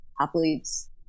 athletes